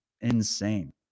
insane